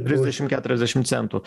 trisdešim keturiasdešim centų